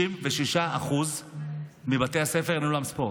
ב-66% מבתי הספר, אין אולם ספורט.